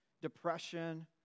depression